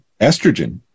estrogen